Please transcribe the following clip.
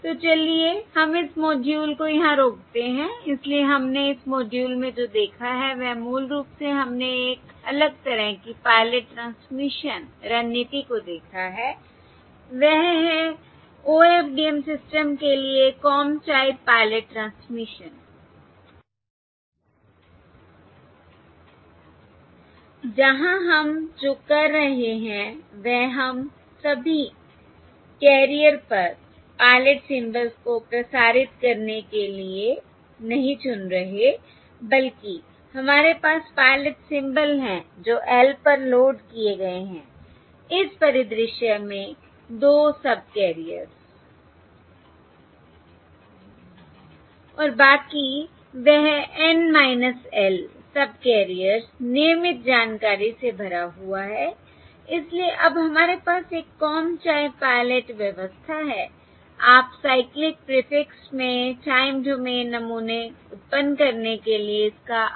तो चलिए हम इस मॉड्यूल को यहाँ रोकते हैं इसलिए हमने इस मॉड्यूल में जो देखा है वह मूल रूप से हमने एक अलग तरह की पायलट ट्रांसमिशन रणनीति को देखा है वह है OFDM सिस्टम के लिए कॉम टाइप पायलट ट्रांसमिशन जहाँ हम जो कर रहे हैं वह हम सभी कैरियर्स पर पायलट सिंबल्स को प्रसारित करने के लिए नहीं चुन रहे बल्कि हमारे पास पायलट सिंबल हैं जो L पर लोड किए गए हैं इस परिदृश्य में 2 सबकैरियर्स I और बाकी वह N L सबकैरियर्स नियमित जानकारी से भरा हुआ है इसलिए अब हमारे पास एक कॉम टाइप पायलट व्यवस्था है आप साइक्लिक प्रीफिक्स से टाइम डोमेन नमूने उत्पन्न करने के लिए इस का IFFT लेते हैं